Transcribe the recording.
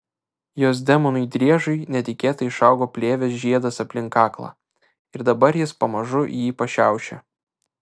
jos demonui driežui netikėtai išaugo plėvės žiedas aplink kaklą ir dabar jis pamažu jį pašiaušė